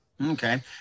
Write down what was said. Okay